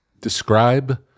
describe